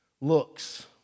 Looks